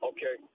Okay